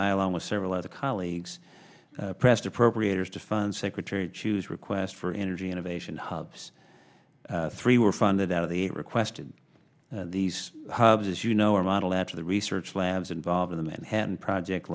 i along with several other colleagues pressed appropriators to fund secretary choose request for energy innovation hubs three were funded out of the eight requested these hubs as you know are modeled after the research labs involved in the manhattan project